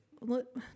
look